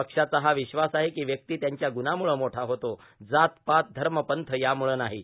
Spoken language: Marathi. पक्षाचा हा विश्वास आहे कों व्यक्ती त्याच्या गुणांमुळे मोठा होतो जात पात धम पंथ यामुळे नाहो